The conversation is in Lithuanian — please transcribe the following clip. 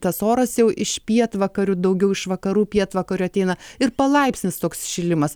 tas oras jau iš pietvakarių daugiau iš vakarų pietvakarių ateina ir palaipsnis toks šilimas